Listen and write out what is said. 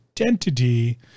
identity